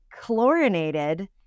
chlorinated